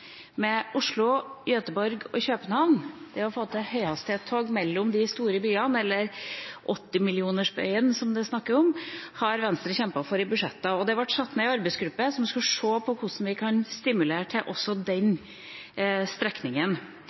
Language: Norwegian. det å få til høyhastighetstog mellom de store byene Oslo, Gøteborg og København, eller 80-millionersbyene som det snakkes om, har Venstre kjempet for i budsjettene. Det ble satt ned en arbeidsgruppe som skulle se på hvordan vi kan stimulere også til den strekningen.